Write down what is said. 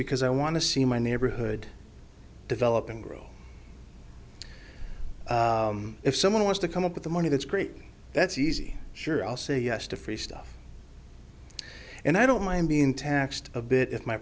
because i want to see my neighborhood develop and grow if someone wants to come up with the money that's great that's easy sure i'll say yes to free stuff and i don't mind being taxed a bit if my